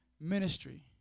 ministry